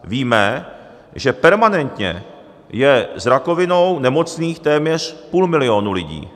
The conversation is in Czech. Víme, že permanentně je s rakovinou nemocných téměř půl milionu lidí.